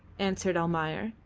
answered almayer,